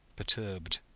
perturbed.